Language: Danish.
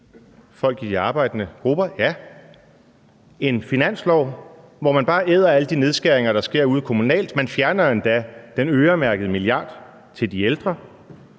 folk i de arbejdende grupper; en finanslov, hvor man bare æder alle de nedskæringer, der sker ude kommunalt, og man fjerner endda den øremærkede milliard kroner til de ældre;